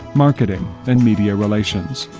marketing and media relations.